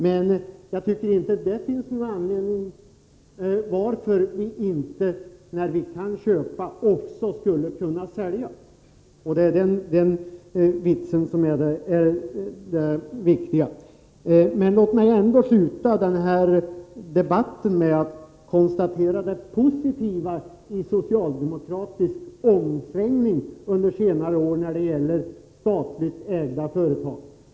Men jag ser inte att det finns något som hindrar att vi, när vi nu kan köpa företag, också skulle kunna sälja. Det är detta som är det viktiga. Låt mig avsluta med att konstatera det positiva i den socialdemokratiska omsvängningen under senare år när det gäller statligt ägda företag.